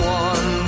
one